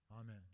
Amen